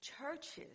churches